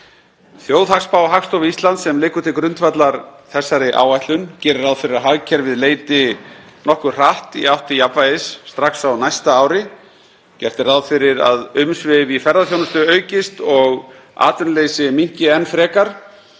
Þjóðhagsspá Hagstofu Íslands, sem liggur til grundvallar þessari áætlun, gerir ráð fyrir að hagkerfið leiti nokkuð hratt í átt til jafnvægis strax á næsta ári. Gert er ráð fyrir að umsvif í ferðaþjónustu aukist og atvinnuleysi minnki,